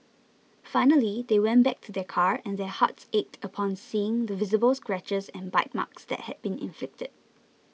finally they went back to their car and their hearts ached upon seeing the visible scratches and bite marks that had been inflicted